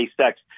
sex